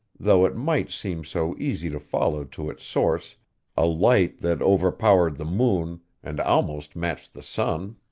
though it might seem so easy to follow to its source a light that overpowered the moon, and almost matched the sun.